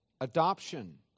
adoption